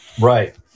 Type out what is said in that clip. Right